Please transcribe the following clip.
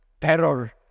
terror